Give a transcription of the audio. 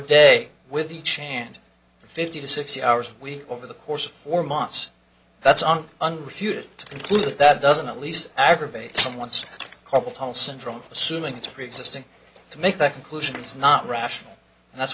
day with each a and fifty to sixty hours a week over the course of four months that's an unfair to conclude that doesn't at least aggravate someone's carpal tunnel syndrome assuming it's preexisting to make that conclusion is not rational and that's